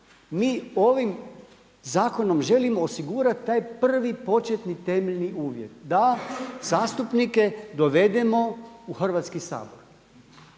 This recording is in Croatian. Mi ovim zakonom želimo osigurati taj prvi početni temeljni uvjet da zastupnike dovedemo u Hrvatski sabor.